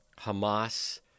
Hamas